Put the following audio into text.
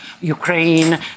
Ukraine